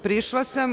Prišla sam.